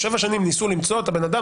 שבע שנים ניסו למצוא את הבן אדם,